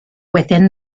within